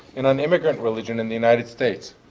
and on immigrant religion in the united states.